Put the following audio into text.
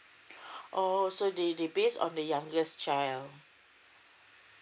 oh so they they based on the youngest child